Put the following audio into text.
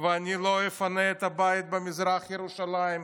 ואני לא אפנה את הבית במזרח ירושלים.